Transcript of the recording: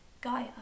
Gaia